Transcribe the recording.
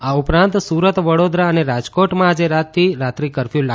આ ઉપરાંત સુરત વડોદરા અને રાજકોટમાં આજે રાતથી રાત્રિ કરફ્ય્ લાગુ કરાશે